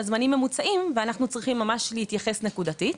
הזמנים ממוצעים ואנחנו צריכים להתייחס ממש נקודתית.